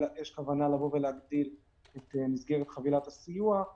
יש כוונה להגדיל את מסגרת חבילת הסיוע;